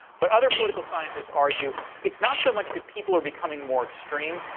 but other political scientists argue it's not so much that people are becoming more extreme,